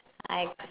I